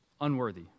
unworthy